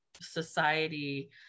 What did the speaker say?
society